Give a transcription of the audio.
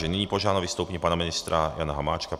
Nyní požádám o vystoupení pana ministra Jana Hamáčka.